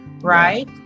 right